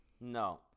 No